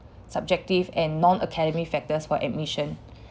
subjective and non-academic factors for admission